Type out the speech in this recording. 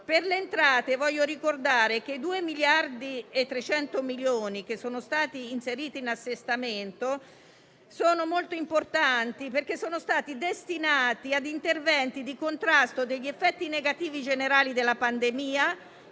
alle entrate, sottolineo che i 2,3 miliardi che sono stati inseriti in attestamento sono molto importanti, perché sono stati destinati a interventi di contrasto degli effetti negativi generali della pandemia.